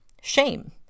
shame